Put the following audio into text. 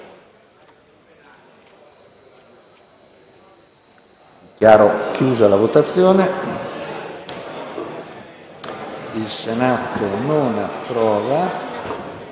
**Il Senato non approva.**